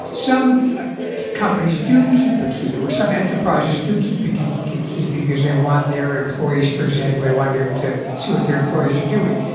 some companies do keep a key or some enterprises do keep a duplicate key because they want their employees, for example they want to be able to see what their employees are doing.